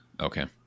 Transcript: Okay